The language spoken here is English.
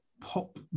pop